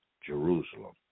Jerusalem